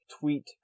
tweet